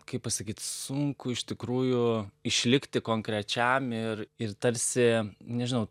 kaip pasakyt sunku iš tikrųjų išlikti konkrečiam ir ir tarsi nežinau